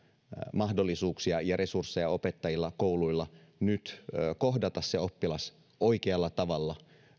mahdollisuuksia ja resursseja opettajilla ja kouluilla kohdata se oppilas oikealla tavalla